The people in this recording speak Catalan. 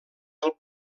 del